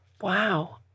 Wow